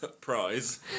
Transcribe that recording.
prize